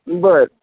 बर